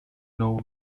know